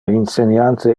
inseniante